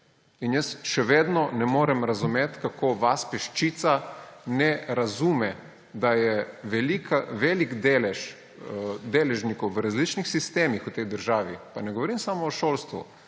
Še vedno ne morem razumeti, kako vas peščica ne razume, da je velik delež deležnikov v različnih sistemih v tej državi – pa ne govorim samo o šolstvu,